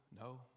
no